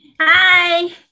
Hi